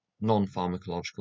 non-pharmacological